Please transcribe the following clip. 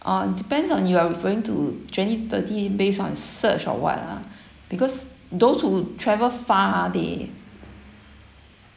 oh depends on you're referring to twenty thirty based on search or what lah because those who travel far they